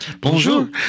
bonjour